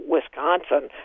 Wisconsin